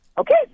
okay